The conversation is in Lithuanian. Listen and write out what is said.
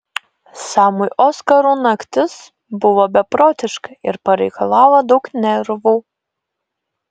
samui oskarų naktis buvo beprotiška ir pareikalavo daug nervų